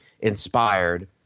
inspired